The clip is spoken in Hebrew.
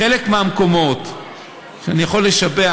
חלק מהמקומות אני יכול לשבח,